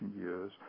years